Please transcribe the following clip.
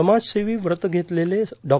समाजसेवी व्रत घेतलेले डॉ